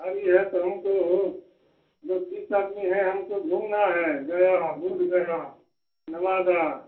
गाड़ी है तो हमको वह दस बीस आदमी हैं हमको घूमना है गया बोधगया नवादा